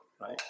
right